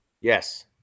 Yes